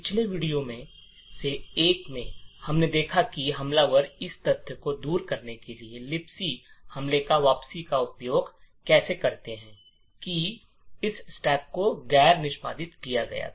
पिछले वीडियो में से एक में हम देखते हैं कि हमलावर इस तथ्य को दूर करने के लिए लिबसी हमले की वापसी का उपयोग कैसे करते हैं कि इस स्टैक को गैर निष्पादित किया गया था